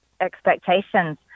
expectations